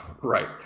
right